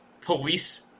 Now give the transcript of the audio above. police